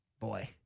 boy